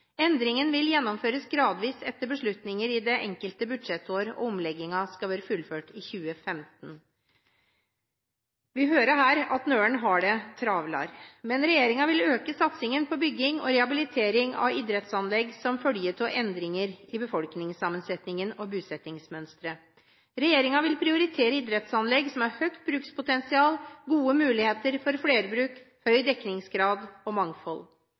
Endringen vil gjennomføres gradvis etter beslutninger i det enkelte budsjettår, og omleggingen skal være fullført i 2015. Vi hører her at noen har det travlere. Regjeringen vil øke satsingen på bygging og rehabilitering av idrettsanlegg som følge av endringer i befolkningssammensetningen og bosettingsmønstre. Regjeringen vil prioritere idrettsanlegg som har høyt brukspotensial, gode muligheter for flerbruk, høy dekningsgrad og mangfold.